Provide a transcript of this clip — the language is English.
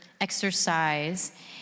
exercise